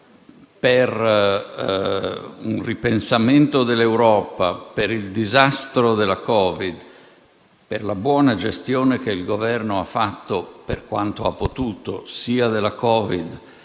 per un ripensamento dell'Europa per il disastro del Covid e per la buona gestione che il Governo ha fatto, per quanto ha potuto, sia del Covid,